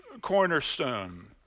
cornerstone